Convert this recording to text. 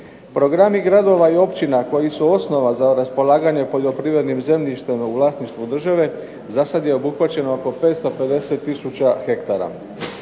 Programi gradova i općina koji su osnova za raspolaganje poljoprivrednim zemljištem u vlasništvu države za sada je obuhvaćeno oko 550 tisuća hektara.